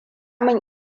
min